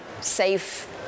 safe